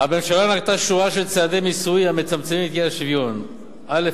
הממשלה נקטה שורה של צעדי מיסוי המצמצמים את האי-שוויון: א.